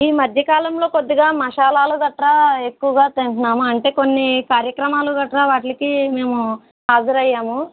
ఈ మధ్యకాలంలో కొద్దిగా మషాలాలు గట్రా ఎక్కువగా తింటున్నాము అంటే కొన్ని కార్యక్రమాలు గట్రా వాట్లకి మేము హాజరు అయ్యాము